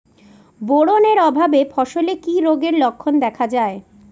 Boron এর অভাবে ফসলে কি রোগের লক্ষণ দেখা যায়?